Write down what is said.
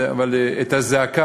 אבל את הזעקה